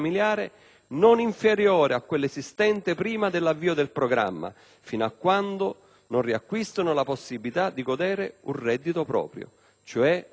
non inferiore a quella esistente prima dell'avvio del programma, fino a quando non riacquistano la possibilità di godere di un reddito proprio».